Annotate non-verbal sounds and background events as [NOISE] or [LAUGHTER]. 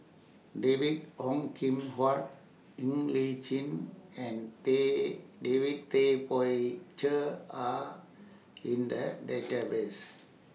David Ong Kim Huat Ng Li Chin and [UNINTELLIGIBLE] David Tay Poey Cher Are in The Database